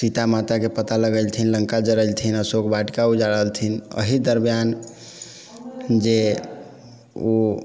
सीता माताके पता लगेलथिन लङ्का जड़ेलथिन अशोक वाटिकाके उजारलथिन एही दरमयान जे ओ